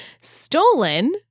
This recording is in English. stolen